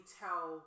tell